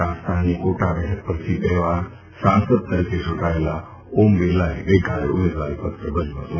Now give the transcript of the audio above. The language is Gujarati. રાજસ્થાનની કોટા બેઠક પરથી બે વાર સાંસદ તરીકે ચૂંટાયેલા ઓમ બિરલાએ ગઇકાલે ઉમેદવારીપત્ર ભર્યું હતું